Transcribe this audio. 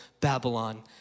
Babylon